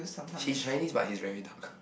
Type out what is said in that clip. he's Chinese but he's very dark